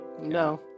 no